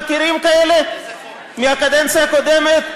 מכירים כאלה מהקדנציה הקודמת?